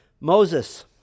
Moses